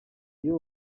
iyo